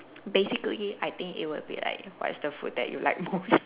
basically I think it will be like what's the food that you like most